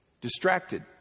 distracted